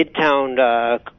midtown